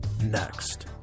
next